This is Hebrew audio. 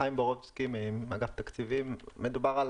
שמי חיים בורובסקי מאגף התקציבים שמדובר,